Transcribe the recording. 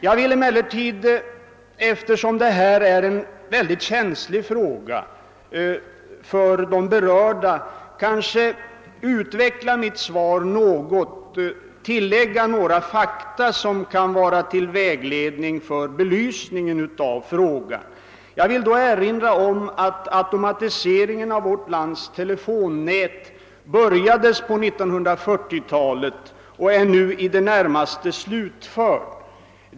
Jag vill emellertid, eftersom detta är en mycket känslig sak för de berörda, utveckla litet mera vad jag sagt i mitt svar och framhålla några fakta som ger en utförligare belysning av frågan. Jag vill erinra om att automatiseringen av rikstelefontrafiken påbörjades på 1940-talet och att den nu i det närmaste är slutförd.